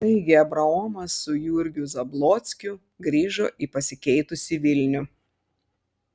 taigi abraomas su jurgiu zablockiu grįžo į pasikeitusį vilnių